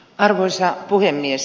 arvoisa puhemies